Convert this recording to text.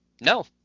no